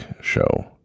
Show